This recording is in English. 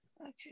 Okay